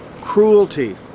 cruelty